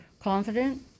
confident